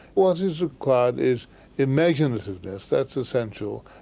what is required is imaginativeness, that's essential,